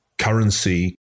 Currency